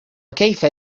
كيف